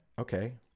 okay